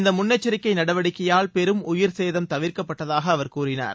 இந்தமுன்னெச்சரிக்கை நடவடிக்கையால் பெரும் உயிர்சேதம் தவிர்க்கப்பட்டதாக அவர் கூறினார்